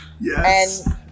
Yes